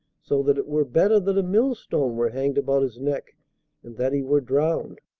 so that it were better that a millstone were hanged about his neck and that he were drowned.